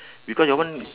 because your one